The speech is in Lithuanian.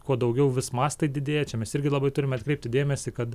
kuo daugiau vis mastai didėja čia mes irgi labai turime atkreipti dėmesį kad